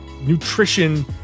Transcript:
nutrition